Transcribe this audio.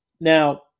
Now